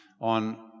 on